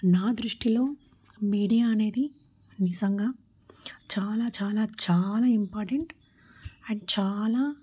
నా దృష్టిలో మీడియా అనేది నిజంగా చాలా చాలా చాలా ఇంపార్టెంట్ అండ్ చాలా